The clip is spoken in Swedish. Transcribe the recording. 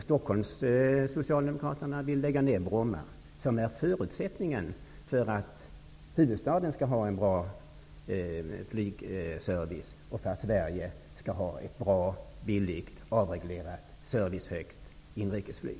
Socialdemokraterna i Stockholm vill lägga ned Bromma, som är förutsättningen för att huvudstaden skall ha en bra flygservice och för att Sverige skall ha ett bra, billigt, avreglerat och servicehögt inrikesflyg.